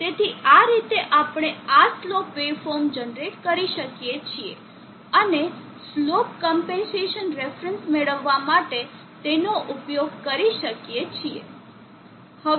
તેથી આ રીતે આપણે આ સ્લોપ વેવફોર્મ જનરેટ કરી શકીએ છીએ અને સ્લોપ ક્મ્પેન્સેસન રેફરન્સ મેળવવા માટે તેનો ઉપયોગ કરી શકીએ છીએ